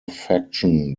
faction